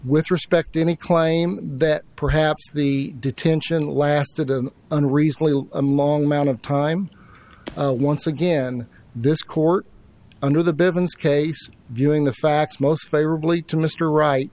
with respect to any claim that perhaps the detention lasted an unreasonable among amount of time once again this court under the bevan's case viewing the facts most favorably to mr right